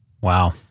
Wow